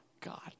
God